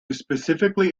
specifically